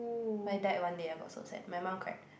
but it died one day I got so sad my mum cried